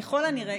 ככל הנראה,